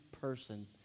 person